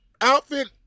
outfit